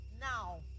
now